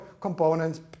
components